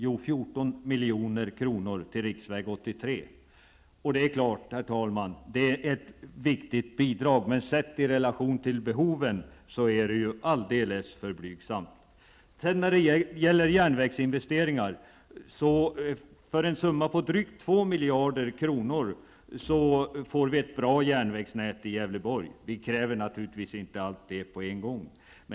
Jo, 14 Detta är, herr talman, visserligen ett viktigt bidrag, men sett i relation till behoven är det alldeles för blygsamt. När det gäller järnvägsinvesteringar får vi för en summa av drygt 2 miljarder kronor ett bra järnvägsnät i Gävleborg. Vi kräver naturligtvis inte detta på en gång.